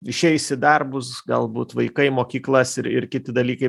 išeis į darbus galbūt vaikai į mokyklas ir ir kiti dalykai